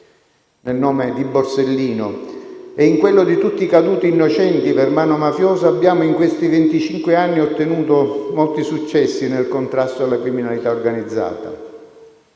Nel nome di Borsellino e in quello di tutti i caduti innocenti per mano mafiosa abbiamo in questi venticinque anni ottenuto molti successi nel contrasto alla criminalità organizzata.